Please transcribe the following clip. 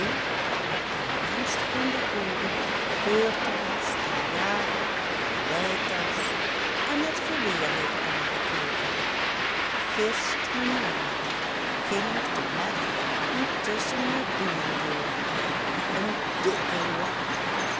met een wensch in de oogen beurtelings den jager en de weitasch en het geweer heeft aangekeken gisteren avend ging er temet ien tusschen me bienen deur een dikke